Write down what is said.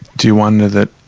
do you wonder that